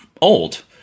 old